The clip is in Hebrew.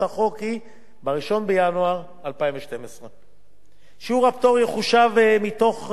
2012. שיעור הפטור יחושב מתוך תקרת הקצבה המזכה,